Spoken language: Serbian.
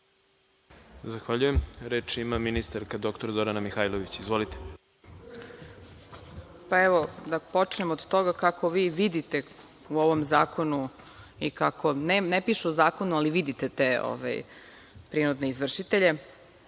Zahvaljujem. Reč ima ministarka dr Zorana Mihajlović. Izvolite. **Zorana Mihajlović** Da počnem od toga kako vi vidite u ovom zakonu, ne piše u zakonu, ali vidite te prinudne izvršitelje.